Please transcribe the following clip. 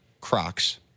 Crocs